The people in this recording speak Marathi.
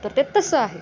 तर ते तसं आहे